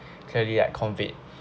clearly like convict